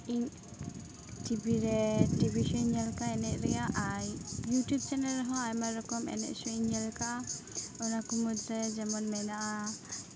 ᱤᱧ ᱴᱤᱵᱷᱤ ᱨᱮ ᱴᱤᱵᱷᱤ ᱥᱳᱧ ᱧᱮᱞ ᱛᱟᱦᱮᱸᱫ ᱮᱱᱮᱡ ᱨᱮᱭᱟᱜ ᱟᱨ ᱤᱭᱩᱴᱩᱵ ᱪᱮᱱᱮᱞ ᱨᱮᱦᱚᱸ ᱟᱭᱢᱟ ᱨᱚᱠᱚᱢ ᱮᱱᱮᱡ ᱥᱮᱨᱮᱧ ᱤᱧ ᱧᱮᱞ ᱟᱠᱟᱫᱼᱟ ᱚᱱᱟ ᱠᱚ ᱢᱚᱫᱽᱫᱷᱮ ᱡᱮᱢᱚᱱ ᱢᱮᱱᱟᱜᱼᱟ